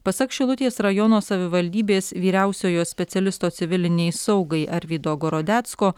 pasak šilutės rajono savivaldybės vyriausiojo specialisto civilinei saugai arvydo gorodecko